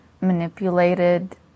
manipulated